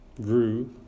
grew